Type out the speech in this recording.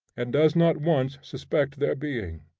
and does not once suspect their being.